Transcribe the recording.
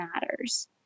matters